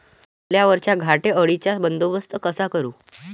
सोल्यावरच्या घाटे अळीचा बंदोबस्त कसा करू?